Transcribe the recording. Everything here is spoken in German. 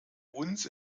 uns